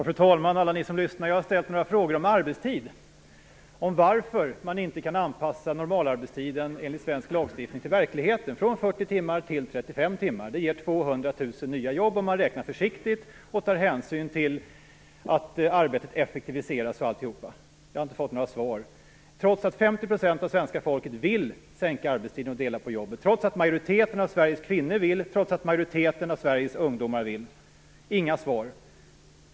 Fru talman! Alla ni som lyssnar! Jag har ställt några frågor om arbetstiden och varför man inte kan anpassa normalarbetstiden i svensk lagstiftning till verkligheten, dvs. från 40 timmar till 35 timmar. Det ger 200 000 nya jobb om man räknar försiktigt och tar hänsyn till att arbetet effektiviseras. Jag har inte fått några svar trots att 50 % av svenska folket vill sänka arbetstiden och dela på jobben, trots att majoriteten av Sveriges kvinnor vill det och trots att majoriteten av Sveriges ungdomar vill det.